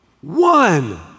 one